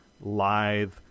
lithe